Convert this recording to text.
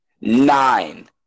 Nine